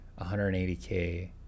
180k